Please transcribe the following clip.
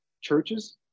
churches